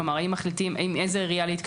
כלומר איך מחליטים את זה.